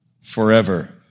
forever